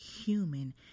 human